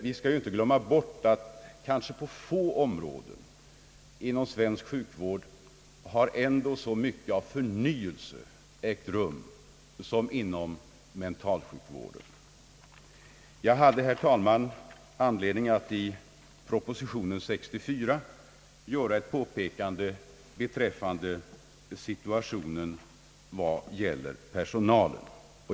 Vi skall inte glömma bort att på få områden inom svensk sjukvård har så mycket av förnyelse ägt rum som inom mentalsjukvården. Jag hade, herr talman, anledning att i proposition nr 64 göra ett påpekande beträffande personalsituationen.